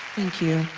thank you.